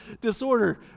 disorder